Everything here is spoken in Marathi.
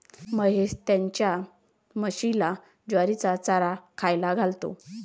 महेश त्याच्या म्हशीला ज्वारीचा चारा खायला घालतो